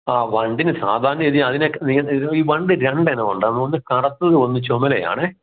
അ വണ്ടിന് സാധാരണ രീതിയിൽ അതിനെ ഈ വണ്ട് രണ്ട് ഇനം ഉണ്ട് ഒന്ന് കറുത്തതും ഒന്ന് ചൊമലയാണേ